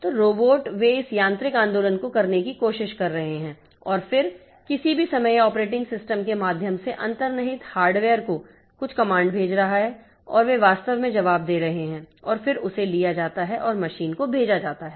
तो रोबोट वे इस यांत्रिक आंदोलन को करने की कोशिश कर रहे हैं और फिर किसी भी समय यह ऑपरेटिंग सिस्टम के माध्यम से अंतर्निहित हार्डवेयर को कुछ कमांड भेज रहा है और वे वास्तव में जवाब दे रहे हैं और फिर उसे लिया जाता है और मशीन को भेजा जाता है